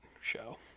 show